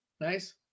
nice